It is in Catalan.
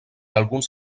alguns